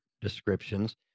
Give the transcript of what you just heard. descriptions